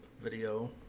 video